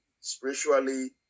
spiritually